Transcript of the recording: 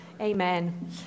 Amen